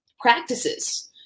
practices